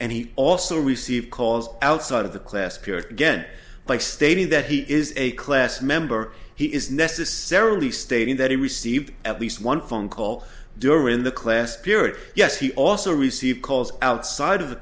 and he also received calls outside of the class pure again by stating that he is a class member he is necessarily stating that he received at least one phone call during the class period yes he also received calls outside of the